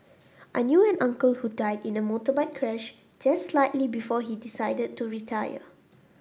I knew an uncle who died in a motorbike crash just slightly before he decided to retire